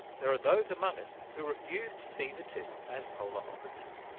there are those among us who refuse to see the two as polar opposites.